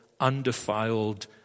undefiled